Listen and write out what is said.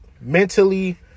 mentally